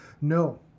no